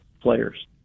players